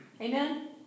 Amen